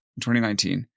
2019